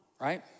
right